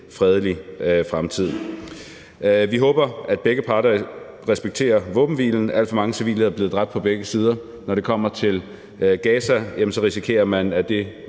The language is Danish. fredelig fremtid. Vi håber, at begge parter respekterer våbenhvilen. Alt for mange civile på begge sider er blevet dræbt. Når det kommer til Gaza, risikerer man, at det